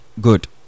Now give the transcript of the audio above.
Good